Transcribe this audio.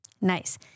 Nice